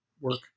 work